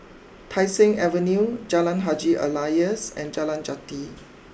Tai Seng Avenue Jalan Haji Alias and Jalan Jati